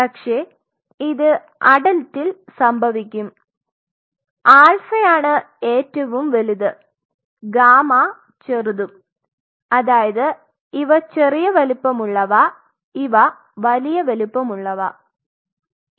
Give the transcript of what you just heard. പക്ഷേ ഇത് അടൽറ്റിൽ സംഭവിക്കും ആൽഫയാണ് ഏറ്റവും വലുത് ഗാമ ചെറുതും അതായത് ഇവ ചെറിയ വലുപ്പമുള്ളവ ഇവ വലിയ വലുപ്പമുള്ളവയും